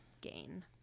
Gain